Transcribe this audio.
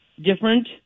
different